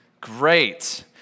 Great